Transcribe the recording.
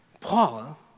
Paul